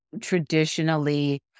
traditionally